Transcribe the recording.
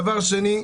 דבר שני,